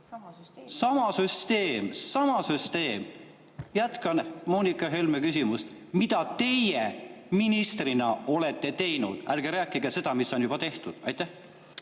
Sama süsteem. Sama süsteem! Ma jätkan Moonika Helme küsimust: mida teie ministrina olete teinud? Ärge rääkige seda, mis on juba tehtud. Aitäh,